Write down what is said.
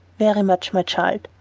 very much, my child.